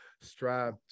strive